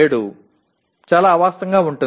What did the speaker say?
7 చాలా అవాస్తవంగా ఉంటుంది